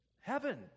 Heaven